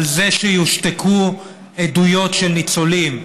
על זה שיושתקו עדויות של ניצולים,